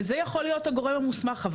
וזה יכול להיות הגורם המוסמך.